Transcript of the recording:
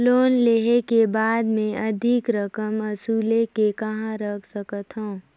Loan लेहे के बाद मे अधिक रकम वसूले के कहां कर सकथव?